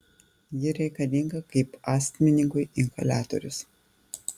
ji reikalinga kaip astmininkui inhaliatorius